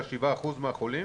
אלא החולים